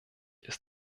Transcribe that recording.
ist